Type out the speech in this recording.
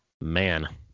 man